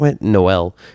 Noel